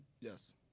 Yes